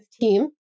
team